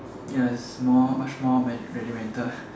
ya it's more much more regimental